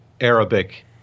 Arabic